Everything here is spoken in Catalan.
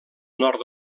nord